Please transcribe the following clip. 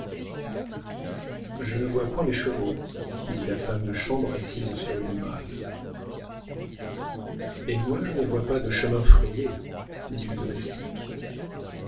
je ne vois point les chevaux dit la femme de chambre assise sur une malle et moi je ne vois pas de chemin frayé dit le domestique